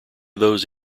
those